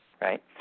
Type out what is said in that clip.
right